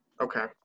Okay